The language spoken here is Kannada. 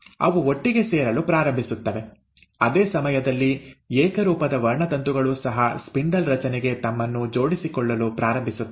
ಅವು ಒಟ್ಟಿಗೆ ಸೇರಲು ಪ್ರಾರಂಭಿಸುತ್ತವೆ ಅದೇ ಸಮಯದಲ್ಲಿ ಏಕರೂಪದ ವರ್ಣತಂತುಗಳೂ ಸಹ ಸ್ಪಿಂಡಲ್ ರಚನೆಗೆ ತಮ್ಮನ್ನು ಜೋಡಿಸಿಕೊಳ್ಳಲು ಪ್ರಾರಂಭಿಸುತ್ತವೆ